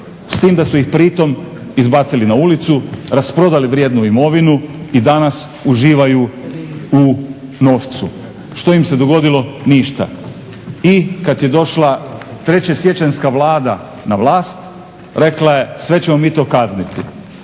s tim da su ih pritom izbacili na ulicu, rasprodali vrijednu imovinu i danas uživaju u novcu. Što im se dogodilo? Ništa. I kad je došla treće siječanjska Vlada na vlast rekla je: "Sve ćemo mi to kazniti."